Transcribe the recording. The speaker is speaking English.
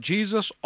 Jesus